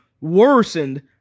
worsened